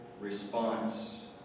response